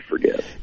forget